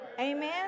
Amen